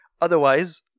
Otherwise